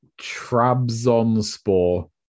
Trabzonspor